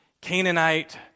Canaanite